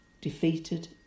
defeated